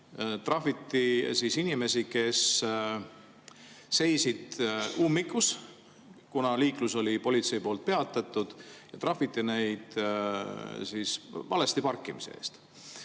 Trahviti inimesi, kes seisid ummikus, kuna liiklus oli politsei poolt peatatud, ja trahviti neid valesti parkimise eest.